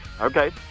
Okay